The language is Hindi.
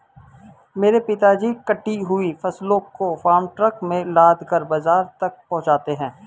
मेरे पिताजी कटी हुई फसलों को फार्म ट्रक में लादकर बाजार तक पहुंचाते हैं